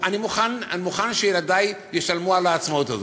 אני מוכן שילדי ישלמו על העצמאות הזו,